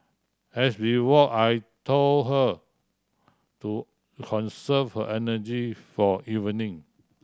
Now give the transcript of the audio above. as we walk I told her to conserve her energy for evening